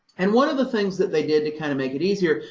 and one of the things that they did to kind of make it easier,